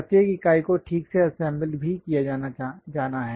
प्रत्येक इकाई को ठीक से असेंबल भी किया जाना है